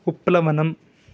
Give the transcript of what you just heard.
उत्प्लवनम्